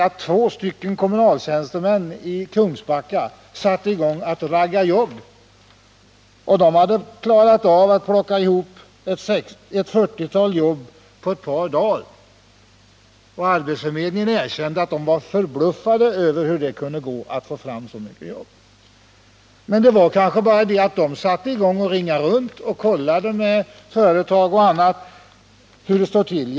Två kommunaltjänstemän i Kungsbacka hade satt i gång att ragga jobb, och de hade klarat av att plocka ihop ett 40-tal jobb på ett par dagar. Man erkände på arbetsförmedlingen att man var förbluffad över hur lätt det gick att få fram så många jobb. Men det var kanske bara detta att de satte i gång att ringa runt och höra med företag och andra hur det stod till.